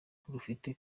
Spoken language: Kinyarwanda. rufite